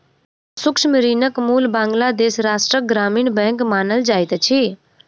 सूक्ष्म ऋणक मूल बांग्लादेश राष्ट्रक ग्रामीण बैंक मानल जाइत अछि